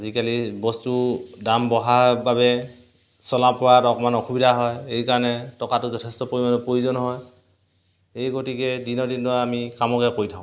আজিকালি বস্তুৰ দাম বঢ়াৰ বাবে চলা ফুৰাত অকণমান অসুবিধা হয় এইকাৰণে টকাটো যথেষ্ট পৰিমাণে প্ৰয়োজন হয় এই গতিকে দিনৰ দিনটো আমি কামকে কৰি থাকোঁ